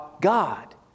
God